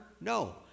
No